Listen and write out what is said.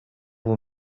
vous